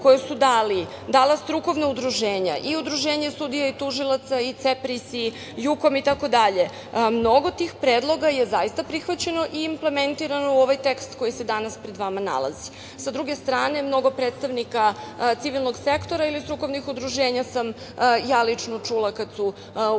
koja su dala strukovna udruženja i Udruženje sudija i tužilaca i CEPRIS i Jukom itd. je zaista prihvaćeno i implementirano u ovaj tekst koji se danas pred vama nalazi. Sa druge strane, mnogo predstavnika civilnog sektora ili strukovna udruženja sam ja lično čula kada su u